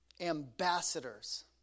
ambassadors